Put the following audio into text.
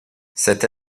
cette